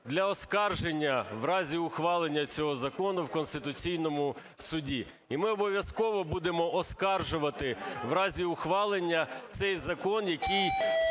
для оскарження в разі ухвалення цього закону в Конституційному Суді. І ми обов'язково будемо оскаржувати в разі ухвалення цей закон, який